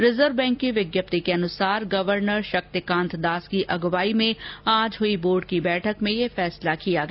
reserve bank की विज्ञप्ति के अनुसार गवर्नर शक्तिकांत दास की अगुवाई में आज हुई बोर्ड की बैठक में यह फैसला किया गया